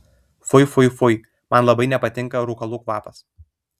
fui fui fui man labai nepatinka rūkalų kvapas